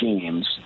games